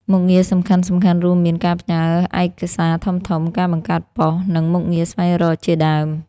មុខងារសំខាន់ៗរួមមាន ការផ្ញើឯកសារធំៗ ការបង្កើតប៉ុស្តិ៍ និងមុខងារស្វែងរកជាដើម។